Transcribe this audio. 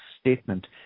statement